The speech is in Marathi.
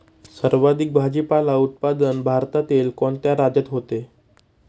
सर्वाधिक भाजीपाला उत्पादन भारतातील कोणत्या राज्यात होते?